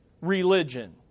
religion